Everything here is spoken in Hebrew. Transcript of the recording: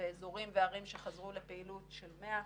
ואזורים וערים שחזרו לפעילות של 100%,